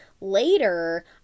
Later